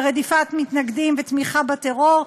ברדיפת מתנגדים ובתמיכה בטרור,